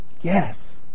yes